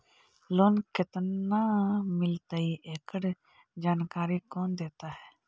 Loan केत्ना मिलतई एकड़ जानकारी कौन देता है?